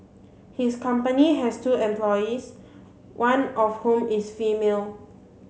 his company has two employees one of whom is female